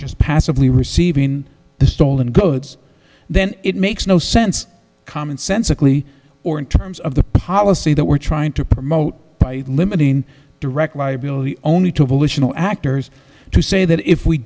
just passively receiving the stolen goods then it makes no sense common sense a cli or in terms of the policy that we're trying to promote by limiting direct liability only to pollution all actors to say that if we